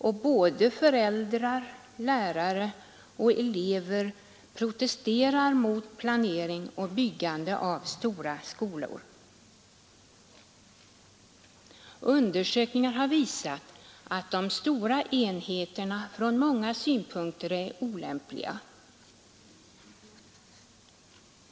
Och både föräldrar, lärare och elever protesterar mot planering och byggande av stora skolor. Undersökningar har visat att de stora enheterna från många synpunkter är olämpliga.